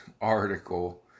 article